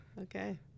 Okay